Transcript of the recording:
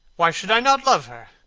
why should i not love her?